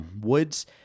woods